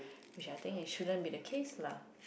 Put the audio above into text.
which I think it shouldn't be the case lah